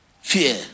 fear